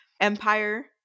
Empire